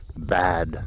Bad